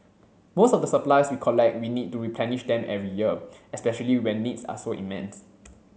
most of the supplies we collect we need to replenish them every year especially when needs are so immense